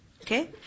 Okay